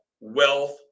wealth